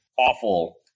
Awful